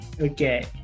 Okay